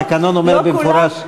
התקנון אומר במפורש,